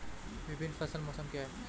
विभिन्न फसल मौसम क्या हैं?